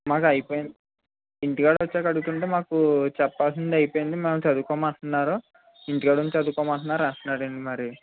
మాకు అయిపోయింది ఇంటికాడ వచ్చాక అడుగుతుంటే మాకు చెప్పాల్సింది అయిపోయింది మేము చదువుకోమంటున్నారు ఇంటికాడ ఉండి చదువుకోమంటున్నారు అంటున్నాడు అండి మరి